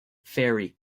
ferry